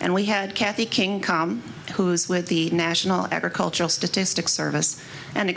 and we had cathy king come who's with the national agricultural statistic service and